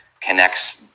connects